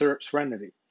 serenity